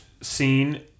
Scene